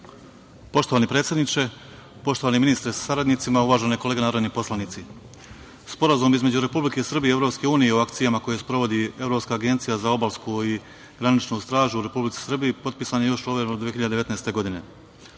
Poštovani predsedničke, poštovani ministre sa saradnicima, uvažene kolege narodni poslanici, Sporazum između Republike Srbije i EU u akcijama koje sprovodi Evropska agencija za obalsku i graničnu stažu u Republici Srbiji potpisan je još ove 2019. godine. Suština